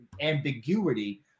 ambiguity